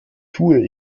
tue